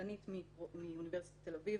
משפטנית מאוניברסיטת תל אביב,